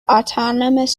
autonomous